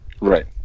Right